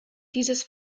dieses